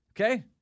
Okay